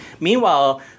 Meanwhile